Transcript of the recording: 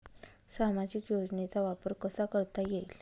सामाजिक योजनेचा वापर कसा करता येईल?